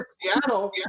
Seattle